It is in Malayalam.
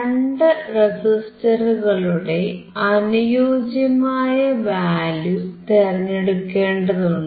രണ്ടു റെസിസ്റ്ററുകളുടെ അനുയോജ്യമായ വാല്യൂ തെരഞ്ഞെടുക്കേണ്ടതുണ്ട്